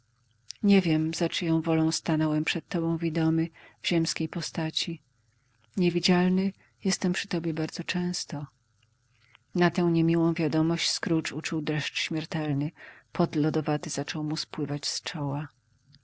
nie wiem za czyją wolą stanąłem przed tobą widomy w ziemskiej postaci niewidzialny jestem przy tobie bardzo często na tę niemiłą wiadomość scrooge uczuł dreszcz śmiertelny pot lodowaty zaczął mu spływać z czoła